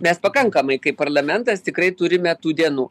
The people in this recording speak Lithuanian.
mes pakankamai kaip parlamentas tikrai turime tų dienų